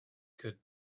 could